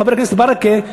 חבר הכנסת ברכה,